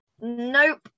Nope